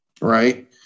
right